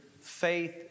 Faith